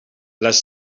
les